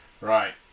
Right